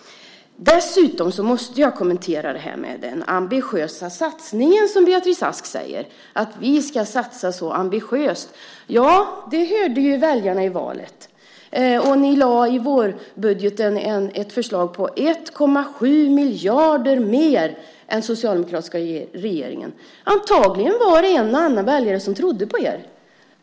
Dessutom måste jag kommentera detta med den ambitiösa satsningen. Beatrice Ask säger att man ska satsa så ambitiöst. Ja, det hörde ju väljarna i valrörelsen, och i vårbudgeten föreslog ni 1,7 miljarder mer än den socialdemokratiska regeringen. Antagligen var det en och annan väljare som trodde på er.